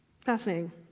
Fascinating